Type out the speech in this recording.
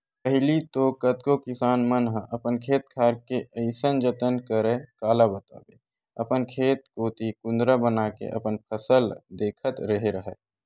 पहिली तो कतको किसान मन ह अपन खेत खार के अइसन जतन करय काला बताबे अपन खेत कोती कुदंरा बनाके अपन फसल ल देखत रेहे राहय